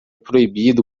proibido